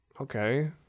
Okay